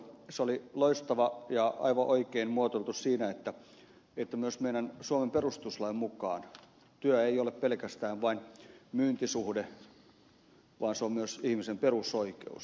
se oli loistava ja aivan oikein muotoiltu siinä että myös meidän suomen perustuslain mukaan työ ei ole pelkästään vain myyntisuhde vaan se on myös ihmisen perusoikeus